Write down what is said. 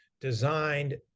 designed